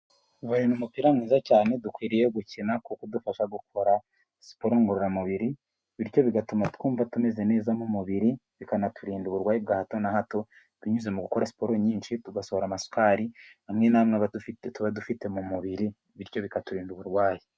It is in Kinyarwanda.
Vole ni umupira mwiza cyane dukwiriye gukina, udufasha gukora siporo ngororamubiri, bityo bigatuma twumva tumeze neza mu umubiri, bikanaturinda uburwayi bwa hato na hato binyuze mu gukora siporo nyinshi, tugasohora amasukari amwe n'amwe tuba dufite mu mubiri, bityo bikaturinda uburwayi.